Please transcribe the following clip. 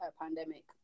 pandemic